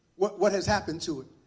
what what has happened to it?